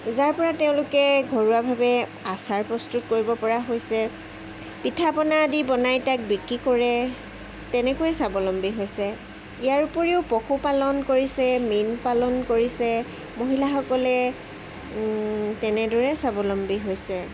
যাৰ পৰা তেওঁলোকে ঘৰুৱাভাৱে আচাৰ প্ৰস্তুত কৰিব পৰা হৈছে পিঠা পনা আদি বনাই তাক বিক্ৰী কৰে তেনেকৈ স্বাৱলম্বী হৈছে ইয়াৰ উপৰিও পশুপালন কৰিছে মীন পালন কৰিছে মহিলাসকলে তেনেদৰে স্বাৱলম্বী হৈছে